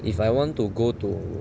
if I want to go to